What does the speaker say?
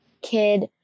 kid